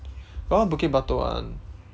got one bukit-batok [one]